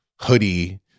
hoodie